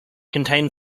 contain